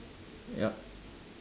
yup